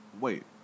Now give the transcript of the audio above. Wait